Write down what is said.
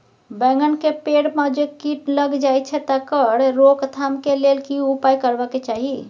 बैंगन के पेड़ म जे कीट लग जाय छै तकर रोक थाम के लेल की उपाय करबा के चाही?